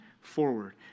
forward